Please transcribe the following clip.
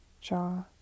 jaw